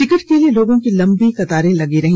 ticket के लिए लोगों की लंबी कतार लगी रही